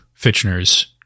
Fitchner's